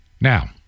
Now